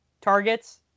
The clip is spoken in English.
targets